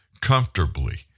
comfortably